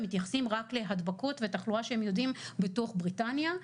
הם מתייחסים רק להדבקות ולתחלואה שהם יודעים בתוך בריטניה,